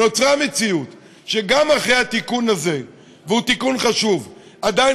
נוצרה מציאות שגם אחרי התיקון החשוב הזה עדיין